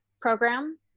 program